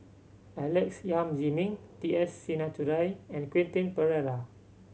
Alex Yam Ziming T S Sinnathuray and Quentin Pereira